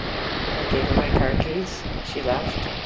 i gave her my car keys. she left.